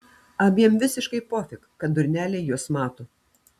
abiem visiškai pofik kad durneliai juos mato